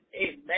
Amen